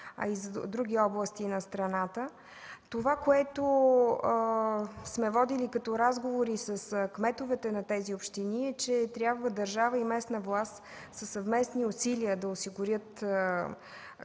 а и за други области на страната. Това, което сме водили като разговори с кметовете на тези общини, е, че трябва държава и местна власт със съвместни усилия да осигурят